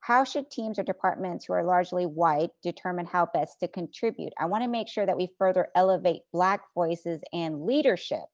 how should teams or departments who are largely white, determine how best to contribute? i want to make sure that we further elevate black voices and leadership